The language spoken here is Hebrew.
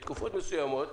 ואין מענה בשום תקנה אחרת.